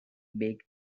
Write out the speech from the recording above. big